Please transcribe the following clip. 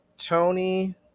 Tony